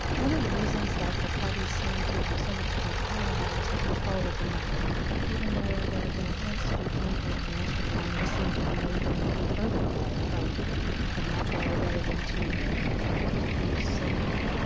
one of the reasons that the parties seem to have so much more power now is the control of the money. and even though there have been attempts to do campaign finance reform we seem to be moving even further away from from that goal rather than to trying to diffuse some of that.